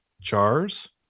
jars